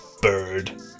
Bird